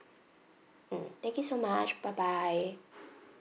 mm thank you so much bye bye